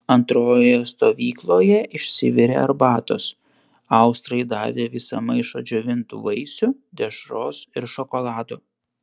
antrojoje stovykloje išsivirė arbatos austrai davė visą maišą džiovintų vaisių dešros ir šokolado